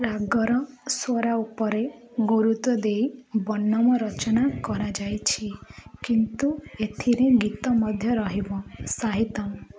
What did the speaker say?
ରାଗର ସ୍ୱରା ଉପରେ ଗୁରୁତ୍ୱ ଦେଇ ବର୍ଣ୍ଣମ ରଚନା କରାଯାଇଛି କିନ୍ତୁ ଏଥିରେ ଗୀତ ମଧ୍ୟ ରହିବ ସାହିତମ୍